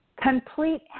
complete